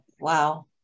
Wow